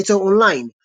Sbaitso Online".